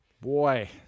Boy